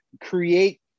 create